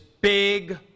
big